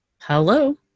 Hello